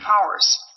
powers